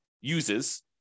uses